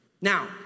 Now